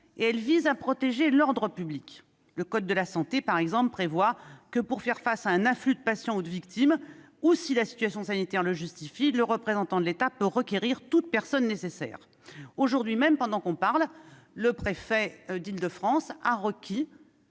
et visent à protéger l'ordre public. Le code de la santé, par exemple, prévoit que, pour faire face à un afflux de patients ou de victimes, ou si la situation sanitaire le justifie, le représentant de l'État peut requérir toute personne nécessaire. Aujourd'hui, au moment même où nous parlons, le préfet d'Île-de-France a requis,